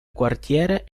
quartiere